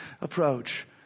approach